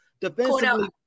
Defensively